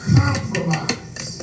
compromise